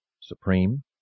supreme